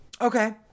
Okay